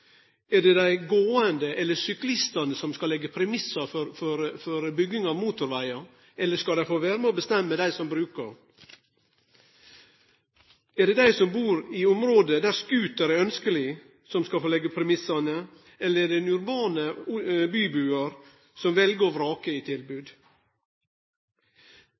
Er det dei gåande eller syklistane som skal leggje premissane for bygging av motorvegar? Eller skal dei få vere med og bestemme, dei som brukar han? Er det dei som bur i område der scooter er ønskjeleg, som skal få leggje premissane, eller er det den urbane bybuaren som vel og vrakar i tilbod?